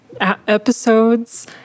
episodes